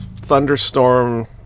thunderstorm